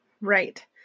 Right